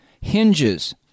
hinges